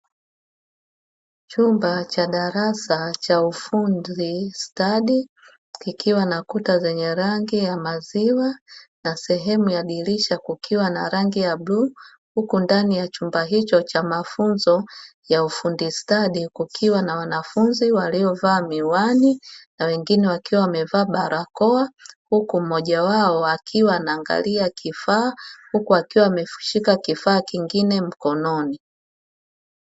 Chumba cha darasa cha ufundi stadi kikiwa na kuta zenye rangi ya maziwa na sehemu ya dirisha kukiwa na rangi ya bluu, huku ndani ya chumba hicho cha mafunzo ya ufundi stadi kukiwa na wanafunzi waliovaa miwani na wengine wakiwa wamevaa barakoa, huku mmojawao akiwa anaangalia kifaa huku akiwa ameshika kifaa kingine mkononi.